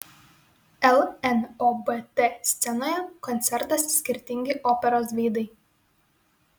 lnobt scenoje koncertas skirtingi operos veidai